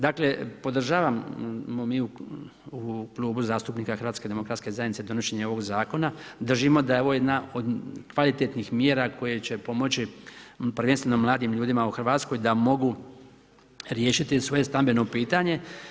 Dakle, podržavamo mi u Klubu zastupnika Hrvatske demokratske zajednice donošenja ovog zakona, držimo da je ovo jedna od kvalitetnih mjera koje će pomoći prvenstveno mladim ljudima u Hrvatskoj da mogu riješiti svoje stambeno pitanje.